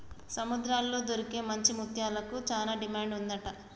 సముద్రాల్లో దొరికే మంచి ముత్యాలకు చానా డిమాండ్ ఉంటది